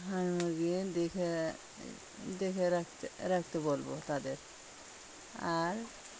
হাঁস মুরগি দেখে দেখে রাখতে রাখতে বলবো তাদের আর